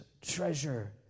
treasure